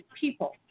people